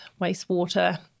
wastewater